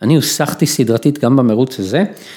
‫אני הוסחתי סדרתית גם במרוץ הזה.